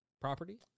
Property